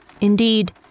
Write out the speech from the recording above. Indeed